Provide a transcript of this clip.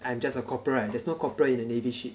I am just a corporate right there's no corporate in a navy ship